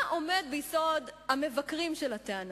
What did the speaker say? מה עומד ביסוד דברי המבקרים של הטענה?